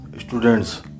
students